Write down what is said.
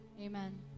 Amen